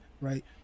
right